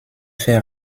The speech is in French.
fait